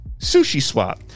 SushiSwap